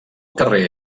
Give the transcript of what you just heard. carrer